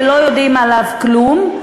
ולא יודעים עליו כלום.